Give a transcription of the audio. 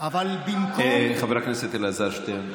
אבל במקום, חבר הכנסת אלעזר שטרן.